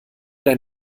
dein